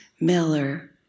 Miller